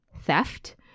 theft